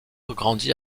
grandit